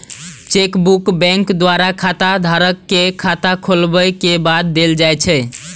chequebook bank द्वारा खाताधारक कें खाता खोलाबै के बाद देल जाइ छै